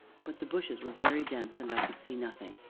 but the bushes were very dense, and i could see nothing.